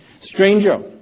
Stranger